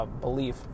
belief